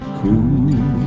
cool